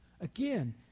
again